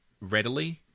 readily